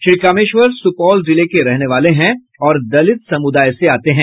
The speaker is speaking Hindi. श्री कामेश्वर सुपौल जिले के रहने वाले हैं और दलित समुदाय से आते हैं